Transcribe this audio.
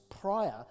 prior